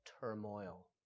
turmoil